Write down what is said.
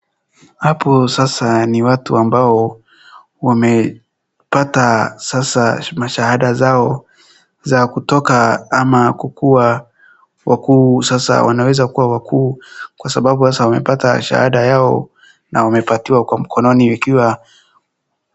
Hapo sasa ni watu wambao wamepata sasa mashahada zao za kutoka ama kukua wakuu. Sasa wanaweza kuwa wakuu kwa sababu sasa wamepata shahada yao na wamepatiwa kwa mkononi ikiwa.